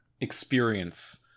experience